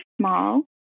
small